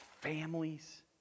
families